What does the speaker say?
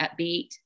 upbeat